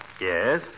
Yes